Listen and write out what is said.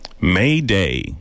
Mayday